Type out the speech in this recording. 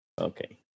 Okay